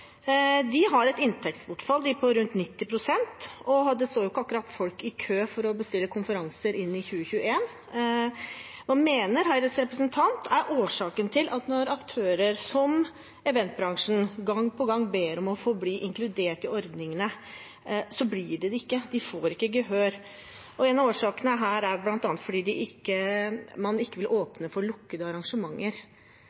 De har et inntektsbortfall på rundt 90 pst., og det står ikke akkurat folk i kø for å bestille konferanser i 2021. Hva mener Høyres representant er årsaken til at når aktører som eventbransjen gang på gang ber om å få bli inkludert i ordningene, så får de ikke gehør? En av årsakene her er bl.a. at man ikke vil åpne for lukkede arrangementer. Hva skal en bransje som er så viktig for kulturen, gjøre når man ikke